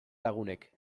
lagunek